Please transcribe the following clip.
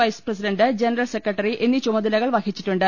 vice president general secretary എന്നീ ചുമതലകൾ വഹിച്ചിട്ടുണ്ട്